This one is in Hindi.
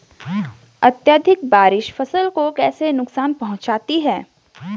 अत्यधिक बारिश फसल को कैसे नुकसान पहुंचाती है?